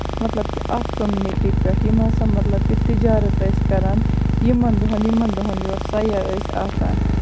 مطلب کہِ اَتھ کوٚمنِٹی پٮ۪ٹھ یم ہسا مطلب کہِ تِجارَت ٲسۍ کران یِمن دۄہَن یِمن دۄہَن یور سَیاح ٲسۍ آسان